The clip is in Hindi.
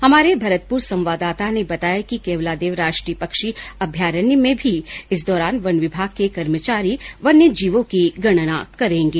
हमारे भरतपुर संवाददाता ने बताया कि केवलादेव राष्ट्रीय पक्षी अभ्यारण्य में भी इस दौरान वन विभाग के कर्मचारी वन्य जीवों की गणना करेंगे